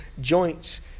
joints